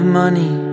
money